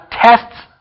tests